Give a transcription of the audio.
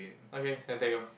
okay can take orh